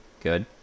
good